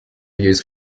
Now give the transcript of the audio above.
used